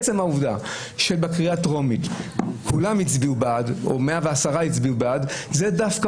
עצם העובדה שבקריאה הטרומית 110 הצביעו בעד זה דווקא